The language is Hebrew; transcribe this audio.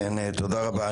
תודה רבה.